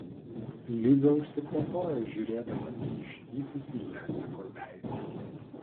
liza užsikvatojo žiūrėdama į ištįsusį jaceko veidą